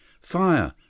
Fire